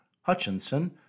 Hutchinson